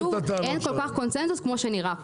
זה חשוב, אין כל כך קונצנזוס כמו שנראה פה.